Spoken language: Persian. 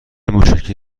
موشکی